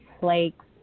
flakes